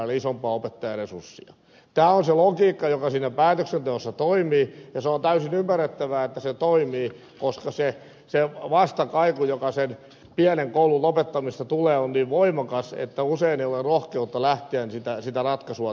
tämä on se logiikka joka siinä päätöksenteossa toimii ja se on täysin ymmärrettävää että se toimii koska se vastakaiku joka sen pienen koulun lopettamisesta tulee on niin voimakas että usein ei ole rohkeutta lähteä sitä ratkaisua tekemään